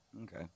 Okay